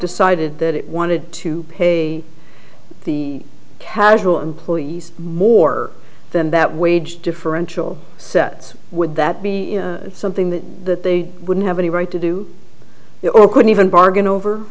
decided that it wanted to pay the casual employees more than that wage differential sets would that be something that they wouldn't have any right to do or could even bargain over